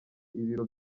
ibiro